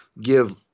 give